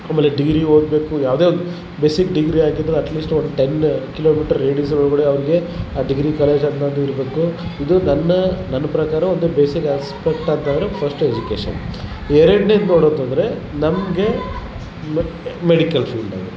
ಆಮೇಲೆ ಡಿಗ್ರಿ ಓದಬೇಕು ಯಾವುದೇ ಒಂದು ಬೇಸಿಕ್ ಡಿಗ್ರಿ ಆಗಿದ್ರೆ at least one ten kilometre radius ಒಳಗಡೆ ಅವ್ರಿಗೆ ಡಿಗ್ರಿ ಕಾಲೇಜ್ ಅನ್ನೋದು ಇರಬೇಕು ಇದು ನನ್ನ ನನ್ನ ಪ್ರಕಾರ ಒಂದು ಬೇಸಿಕ್ ಆಸ್ಪೆಕ್ಟ್ ಅಂತರ ಫಸ್ಟ್ ಎಜುಕೇಶನ್ ಎರಡ್ನೆಡು ನೋಡೋದಂದ್ರೆ ನಮಗೆ ಮೆಡಿಕಲ್ ಫೀಲ್ಡಾಗೆ